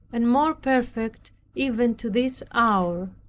and more perfect even to this hour.